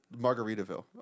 Margaritaville